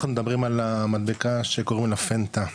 אנחנו מדברים על המדבקה שקוראים לה FENTA,